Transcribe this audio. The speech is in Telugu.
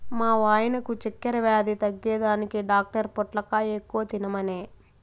మా వాయినకు చక్కెర వ్యాధి తగ్గేదానికి డాక్టర్ పొట్లకాయ ఎక్కువ తినమనె